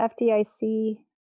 FDIC